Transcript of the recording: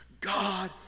God